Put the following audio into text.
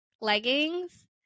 leggings